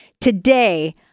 Today